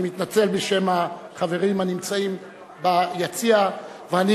אני מתנצל בשם החברים הנמצאים ביציע ואני